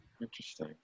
interesting